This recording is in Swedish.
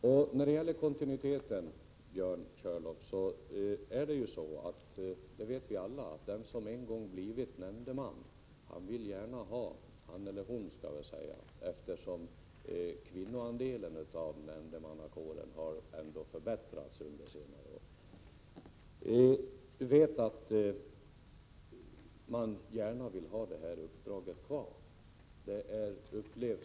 Vi vet ju alla, Björn Körlof, att den kvinna eller man som en gång blivit nämndeman — kvinnoandelen av nämndemannakåren har ju ändå förbättrats under senare år — gärna vill behålla det uppdraget.